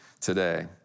today